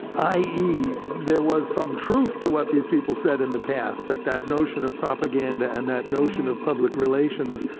i e, there was some truth to what these people said in the past that that notion of propaganda and that notion of public relations,